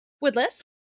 Woodless